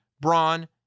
Braun